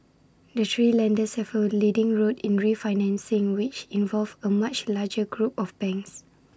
the three lenders have A leading role in refinancing which involve A much larger group of banks